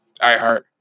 iHeart